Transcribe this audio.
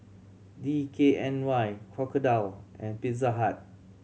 D K N Y Crocodile and Pizza Hut